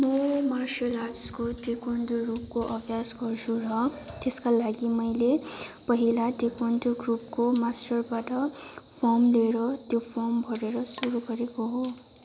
म मार्सल आर्टको ताइक्वान्दो रूपको अभ्यास गर्छु र त्यसका लागि मैले पहिला ताइक्वान्दो ग्रुपको मास्टरबाट फर्म लिएर त्यो फर्म भरेर सुरू गरेको हो